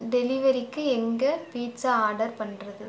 டெலிவரிக்கு எங்கே pizza order பண்ணுறது